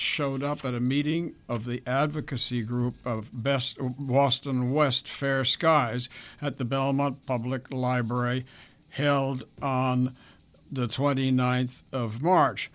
showed up at a meeting of the advocacy group best boston and west fair skies at the belmont public library held on the twenty ninth of march